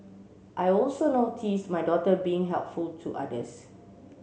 I also notice my daughter being helpful to others